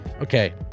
Okay